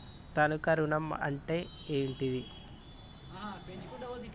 తనఖా ఋణం అంటే ఏంటిది?